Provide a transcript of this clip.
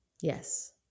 yes